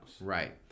Right